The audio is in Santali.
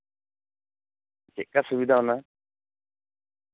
ᱪᱮᱫ ᱠᱟ ᱥᱩᱵᱤᱫᱷᱟ ᱚᱱᱟ